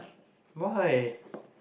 why